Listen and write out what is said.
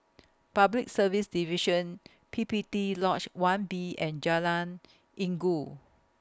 Public Service Division P P T Lodge one B and Jalan Inggu